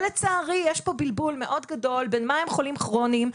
לצערי יש פה בלבול מאוד גדול בין מה הם חולים כרוניים,